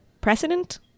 precedent